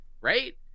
right